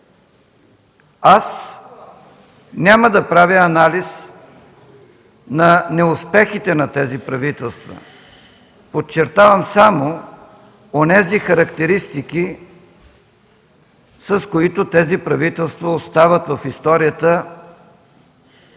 Аз няма да правя анализ на неуспехите на тези правителства. Подчертавам само онези характеристики, с които тези правителства остават в историята